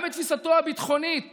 גם את תפיסתו הביטחונית